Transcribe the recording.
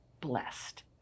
blessed